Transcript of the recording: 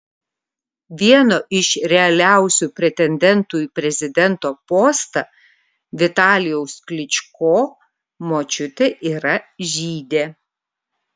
vieno iš realiausių pretendentų į prezidento postą vitalijaus klyčko močiutė yra žydė